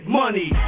money